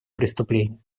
преступления